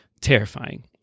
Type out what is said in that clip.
Terrifying